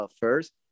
first